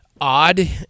Odd